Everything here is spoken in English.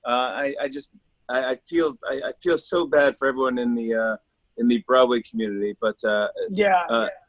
i just i feel i feel so bad for everyone in the ah in the broadway community, but yeah.